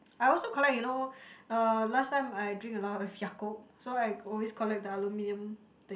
I also collect you know uh last time I drink a lot of Yakult so I always collect the aluminium thing